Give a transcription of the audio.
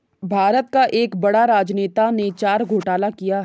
भारत का एक बड़ा राजनेता ने चारा घोटाला किया